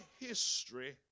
history